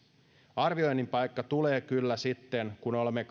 arvioinnin paikka tulee kyllä sitten kun olemme